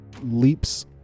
leaps